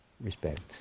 respect